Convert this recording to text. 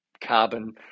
carbon